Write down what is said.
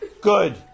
Good